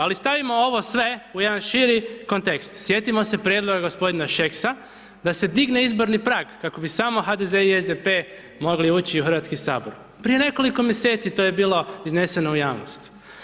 Ali stavimo ovo sve u jedan širi kontekst, sjetimo se prijedloga gospodina Šeksa da se digne izborni prag kako bi samo HDZ i SDP mogli ući u Hrvatski sabor, prije nekoliko mjeseci to je bilo izneseno u javnost.